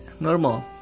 normal